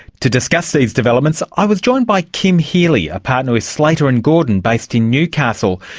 to discuss these developments i was joined by kim healy, a partner with slater and gordon based in newcastle.